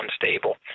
unstable